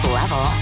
level